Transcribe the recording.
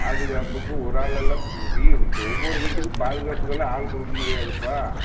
பாதுகாப்புக்கு ஒரு ஆளெல்லாம் வீ ஒவ்வொரு வீட்டுக்கு பாதுகாப்புக்கெல்லாம் ஆள் கொடுக்க முடியாதுப்பா